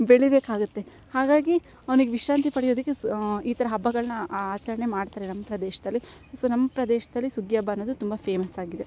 ಬೆಳೀಬೇಕಾಗತ್ತೆ ಹಾಗಾಗಿ ಅವ್ನಿಗೆ ವಿಶಾಂತ್ರಿ ಪಡೆಯೋದಕ್ಕೆ ಸ ಈ ಥರ ಹಬ್ಬಗಳನ್ನ ಆಚರಣೆ ಮಾಡ್ತಾರೆ ನಮ್ಮ ಪ್ರದೇಶದಲ್ಲಿ ಸೊ ನಮ್ಮ ಪ್ರದೇಶದಲ್ಲಿ ಸುಗ್ಗಿ ಹಬ್ಬ ಅನ್ನೋದು ತುಂಬ ಫೇಮಸ್ ಆಗಿದೆ